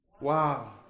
Wow